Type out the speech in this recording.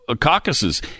caucuses